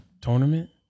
Tournament